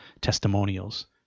testimonials